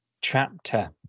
Chapter